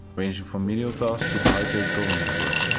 ranging from menial tasks to high paid government work.